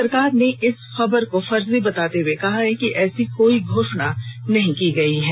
सरकार ने इस खबर को फर्जी बताते हुए कहा है कि ऐसी कोई घोषणा नहीं की गई है